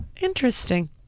Interesting